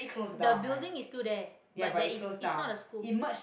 the building is still there but there is is not a school